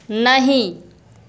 नहीं